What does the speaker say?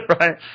Right